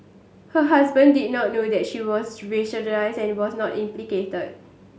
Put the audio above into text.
her husband did not know that she was and was not implicated